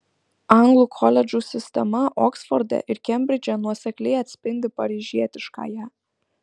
anglų koledžų sistema oksforde ir kembridže nuosekliai atspindi paryžietiškąją